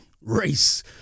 race